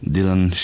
Dylan